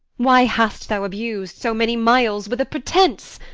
why hast thou abus'd so many miles with a pretence?